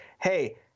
hey